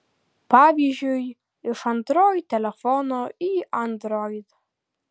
pavyzdžiui iš android telefono į android